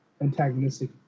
antagonistic